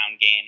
game